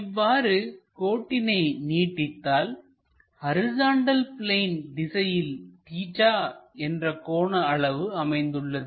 இவ்வாறு கோட்டினை நீடித்தால்ஹரிசாண்டல் பிளேன் திசையில் தீட்டா என்ற கோண அளவு அமைந்துள்ளது